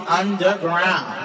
underground